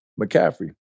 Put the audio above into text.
McCaffrey